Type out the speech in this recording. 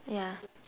ya